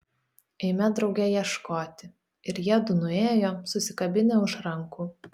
eime drauge ieškoti ir jiedu nuėjo susikabinę už rankų